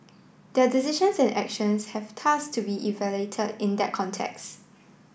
their decisions and actions have thus to be evaluated in that context